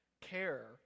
care